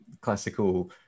classical